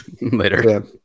Later